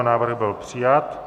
Návrh byl přijat.